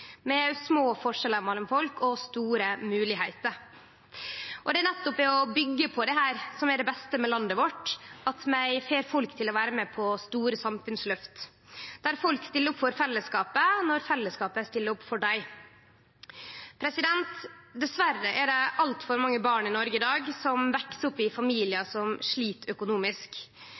små forskjellar mellom folk og store moglegheiter. Det er nettopp det å byggje på dette som er det beste med landet vårt, at vi får folk til å vere med på store samfunnsløft, der folk stiller opp for fellesskapet når fellesskapet stiller opp for dei. Dessverre er det altfor mange barn i Noreg i dag som veks opp i familiar som slit økonomisk.